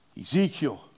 Ezekiel